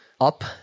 Up